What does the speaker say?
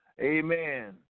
Amen